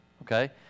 Okay